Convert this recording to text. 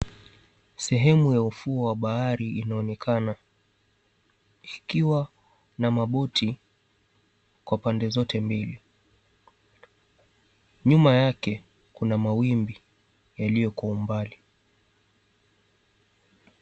Sehemu ya ufuo wa bahari inaonekana ikiwa na maboti kwa pande zote mbili. Nyuma yake kuna mawimbi yaliyo kwa umbali.